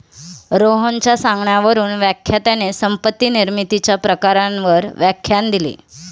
रोहनच्या सांगण्यावरून व्याख्यात्याने संपत्ती निर्मितीच्या प्रकारांवर व्याख्यान दिले